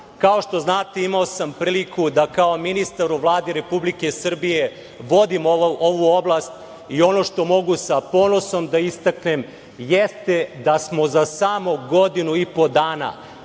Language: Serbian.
što znate, imao sam priliku da kao ministar u Vladi Republike Srbije vodim ovu oblast i ono što mogu sa ponosom da istaknem jeste da smo za samo godinu i po dana